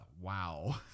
wow